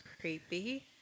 creepy